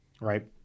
right